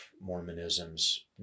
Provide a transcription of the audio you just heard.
Mormonism's